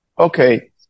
Okay